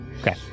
Okay